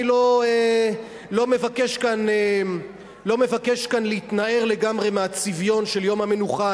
אני לא מבקש כאן להתנער לגמרי מהצביון של יום המנוחה.